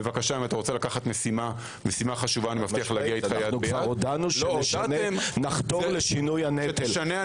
אם אתה רוצה לקחת משימה חשובה- -- הודענו שנחתור לשינוי הנטל.